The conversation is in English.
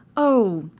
oh,